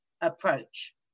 approach